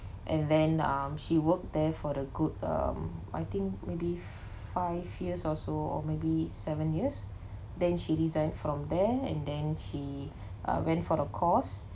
and then um she worked there for the good um I think maybe five years or so or maybe seven years then she resigned from there and then she uh went for the course